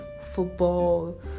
football